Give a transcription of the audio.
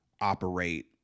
operate